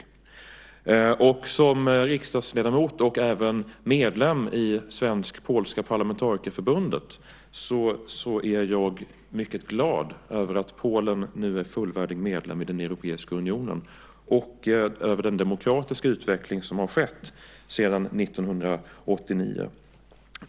Som riksdagsledamot och även medlem i Svensk-polska parlamentarikerförbundet är jag mycket glad över att Polen nu är fullvärdig medlem i Europeiska unionen och över den demokratiska utveckling som har skett sedan 1989.